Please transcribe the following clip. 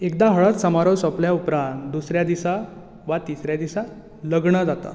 एकदां हळद समारोप सोपल्या उपरांत दुसऱ्या दिसा वा तिसऱ्या दिसा लग्न जाता